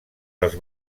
els